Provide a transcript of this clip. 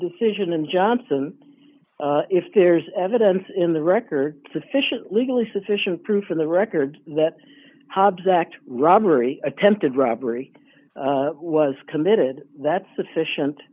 june and johnson if there's evidence in the record sufficient legally sufficient proof for the record that hobbs act robbery attempted robbery was committed that's sufficient